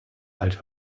alt